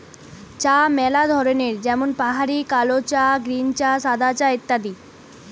চা ম্যালা ধরনের যেমন পাহাড়ি কালো চা, গ্রীন চা, সাদা চা ইত্যাদি